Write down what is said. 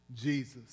Jesus